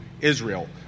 Israel